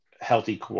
healthy